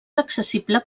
accessible